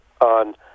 on